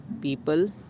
People